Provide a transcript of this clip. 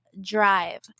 drive